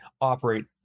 operate